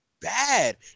bad